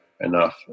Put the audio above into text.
enough